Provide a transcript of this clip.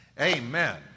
Amen